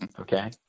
okay